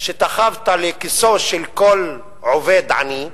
שתחבת לכיסו של כל עובד עני,